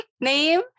name